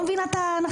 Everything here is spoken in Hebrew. זה לטוב ולרע.